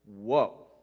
Whoa